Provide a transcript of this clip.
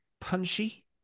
punchy